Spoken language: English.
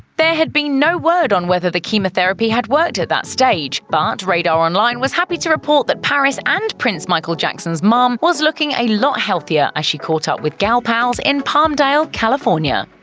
there had been no word on whether the chemotherapy had worked at that stage, but radaronline was happy to report that paris and prince michael jackson's mom was looking a lot healthier as she caught up with gal pals in palmdale, california.